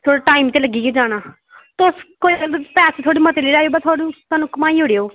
थोह्ड़ा टाईम ते लग्गी गै जाना ते पैसे थोह्ड़े बद्ध थ्होये पर स्हानू घुम्माई ओड़ेओ